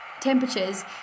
temperatures